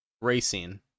racing